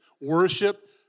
Worship